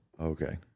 Okay